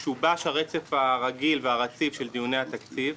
שובש הרצף הרגיל והרציף של דיוני התקציב,